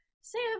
Sam